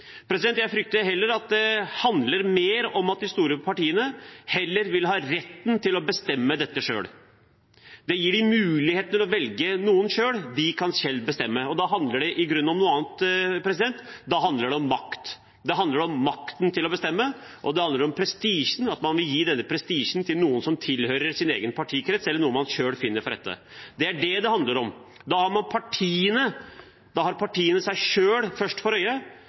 Jeg frykter at dette handler mer om at de store partiene vil ha retten til å bestemme dette selv. Det gir dem mulighet til å velge noen selv, og de kan selv bestemme. Da handler det i grunnen om noe annet – da handler det om makt. Da handler det om makten til å bestemme, og det handler om prestisjen. Man vil gi denne prestisjen til noen som tilhører egen partikrets, eller noen man selv finner. Det er det det handler om. Da har partiene seg selv først for øye, men det de burde ha først for